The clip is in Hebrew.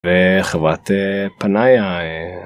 וחברת פנאיה.